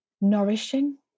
nourishing